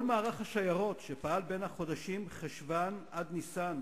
כל מערך השיירות שפעל בחודשים חשוון עד ניסן